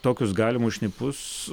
tokius galimus šnipus